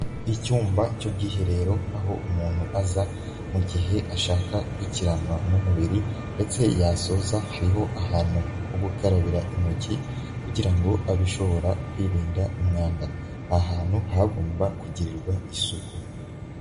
Icyumba cy'ubwiherero aho umuntu aza mu gihe ashaka kwikiranwa n'umubiri, ndetse yasoza hariho ahantu ho gukarabira intoki kugira ngo abe ashobora kwirinda umwanda, aha hantu hagomba kugirirwa isuku.